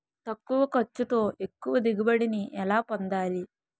తక్కువ ఖర్చుతో ఎక్కువ దిగుబడి ని ఎలా పొందాలీ?